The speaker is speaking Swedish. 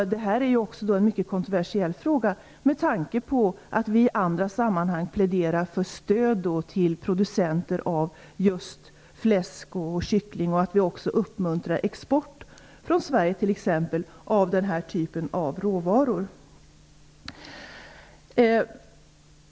Det här är en mycket kontroversiell fråga med tanke på att vi i andra sammanhang pläderar för stöd till producenter av just fläsk och kyckling och uppmuntrar till export, t.ex. från Sverige, av den här typen av råvaror.